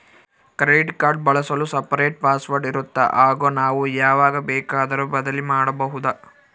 Credit card ಬಳಸಲು separate password ಇರುತ್ತಾ ಹಾಗೂ ನಾವು ಯಾವಾಗ ಬೇಕಾದರೂ ಬದಲಿ ಮಾಡಬಹುದಾ?